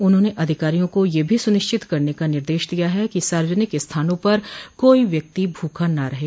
उन्होंने अधिकारियों को यह भी सुनिश्चित करने का निर्देश दिया है कि सार्वजनिक स्थानों पर कोई व्यक्ति भूखा न रह जाय